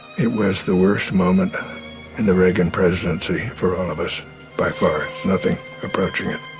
it was the worst moment in the reagan presidency for all of us by far, nothing approaching it.